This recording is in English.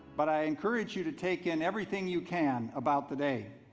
but i encourage you to take in everything you can about the day.